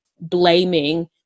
blaming